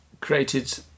created